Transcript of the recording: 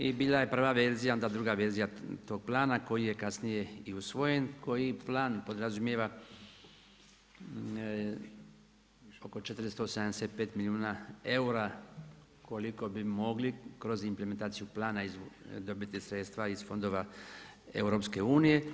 I bila je prva verzija, onda druga verzija toga plana koji je kasnije i usvojen koji plan podrazumijeva oko 475 milijuna eura koliko bi mogli kroz implementaciju plana dobiti sredstva iz fondova EU.